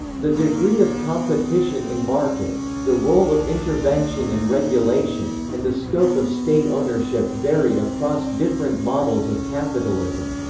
the degree of competition in markets, the role of intervention and regulation, and the scope of state ownership vary across different models of capitalism.